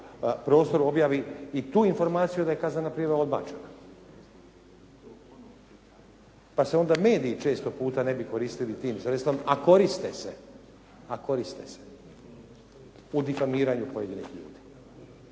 prostoru objavi i tu istu informaciju da je kaznena prijava odbačena. Pa se onda mediji često puta ne bi koristili sredstvom a koriste se u difamiranju pojedinih ljudi.